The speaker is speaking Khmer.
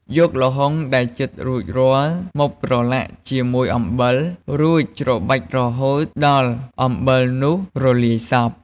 យកល្ហុងដែលចិតរួចរាល់ មកប្រឡាក់ជាមួយអំបិល រួចច្របាច់រហូតដល់អំបិលនោះរលាយសព្វ។